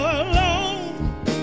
alone